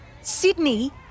Sydney